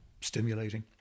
stimulating